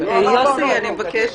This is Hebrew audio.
יוסי, אני מבקשת.